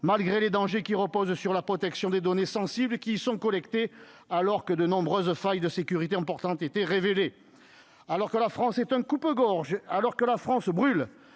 malgré les dangers liés à la protection des données sensibles, qui sont collectées, alors que de nombreuses failles de sécurité ont pourtant été relevées. Alors que la France est un coupe-gorge, alors que la France brûle,